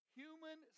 human